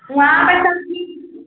वहाँ tension free छी